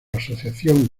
asociación